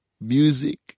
music